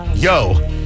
Yo